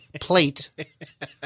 plate